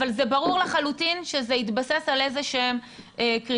אבל זה ברור לחלוטין שזה יתבסס על איזה שהם קריטריונים.